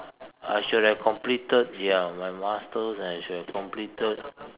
I should have completed ya my masters and I should have completed